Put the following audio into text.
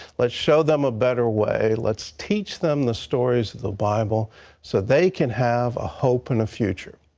let's show them a better way. let's teach them the stories of the bible so they can have a hope and a future.